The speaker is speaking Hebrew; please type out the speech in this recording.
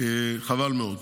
חבל מאוד,